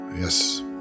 Yes